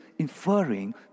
inferring